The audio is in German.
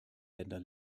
länder